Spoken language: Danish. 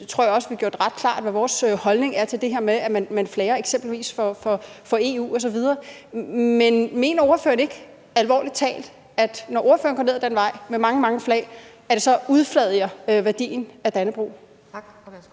tror jeg også, vi gjorde det ret klart, hvad vores holdning er til det her med, at man flager for eksempelvis EU. Men mener ordføreren ikke alvorlig talt, at når ordføreren går ned ad den vej med mange, mange flag, forfladiger det værdien af Dannebrog? Kl.